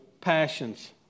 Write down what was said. passions